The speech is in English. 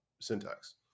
syntax